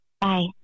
Bye